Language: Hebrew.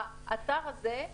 האתר הזה,